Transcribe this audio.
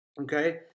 okay